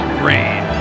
green